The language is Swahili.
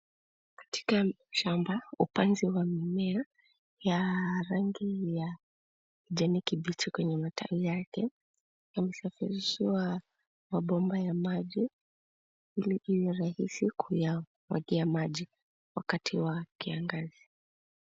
Katika shamba, upanzi wa mimea ya rangi ya kijani kibichi kwenye matawi yake, yamesafirishwa mabomba ya maji ili iwe rahisi kuyamwagia maji wakati wa kiangazi.